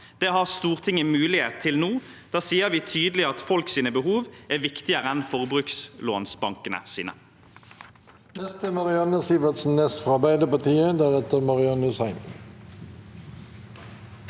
Det har Stortinget mulighet til nå. Da sier vi tydelig at folks behov er viktigere enn forbrukslånsbankenes.